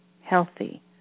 healthy